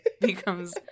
becomes